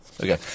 Okay